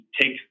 take